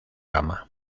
gama